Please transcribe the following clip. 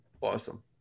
Awesome